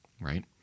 right